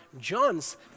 John's